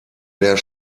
der